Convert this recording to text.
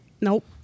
Nope